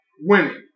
winning